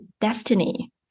destiny